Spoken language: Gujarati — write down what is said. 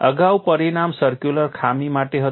અગાઉ પરિણામ સર્કુલર ખામી માટે હતું